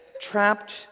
trapped